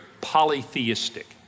polytheistic